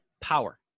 power